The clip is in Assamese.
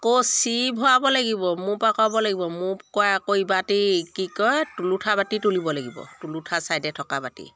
আকৌ চিৰি ভৰাব লাগিব মূৰ পাৰ কৰাব লাগিব মূৰ পাৰ কৰাই আকৌ ইবাতি কি কয় তুলুঠা বাতি তুলিব লাগিব তুলুঠা চাইডে থকা বাতি